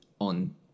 on